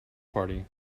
party